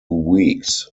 weeks